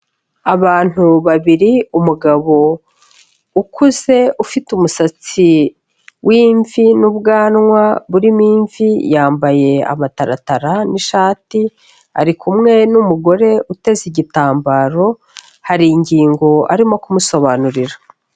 Abantu babiri umugabo, ukuze ufite umusatsi w'imvi n'ubwanwa burimo imvi, yambaye amataratara n'ishati, ari kumwe n'umugore uteze igitambaro, hari ingingo arimo kumusobanurira.